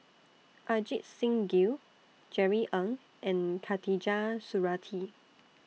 Ajit Singh Gill Jerry Ng and Khatijah Surattee